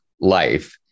life